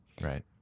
right